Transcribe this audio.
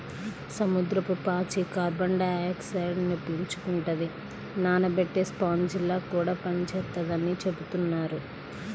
సముద్రపు పాచి కార్బన్ డయాక్సైడ్ను పీల్చుకుంటది, నానబెట్టే స్పాంజిలా కూడా పనిచేత్తదని చెబుతున్నారు